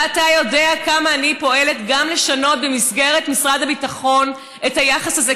ואתה יודע כמה אני פועלת גם לשנות במסגרת משרד הביטחון את היחס הזה,